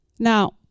Now